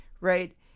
right